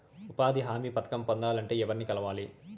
ఉపాధి హామీ పథకం పొందాలంటే ఎవర్ని కలవాలి?